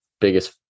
biggest